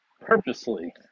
purposely